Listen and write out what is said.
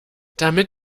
damit